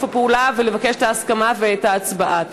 הפעולה ולבקש את ההסכמה בעת ההצבעה.